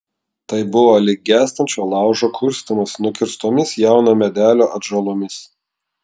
tai buvo lyg gęstančio laužo kurstymas nukirstomis jauno medelio atžalomis